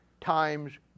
times